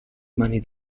mani